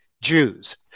Jews